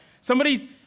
somebody's